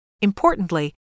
Importantly